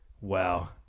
Wow